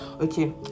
okay